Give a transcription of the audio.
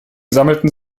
sammelten